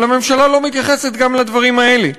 אבל הממשלה לא מתייחסת גם לדברים האלה.